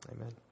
Amen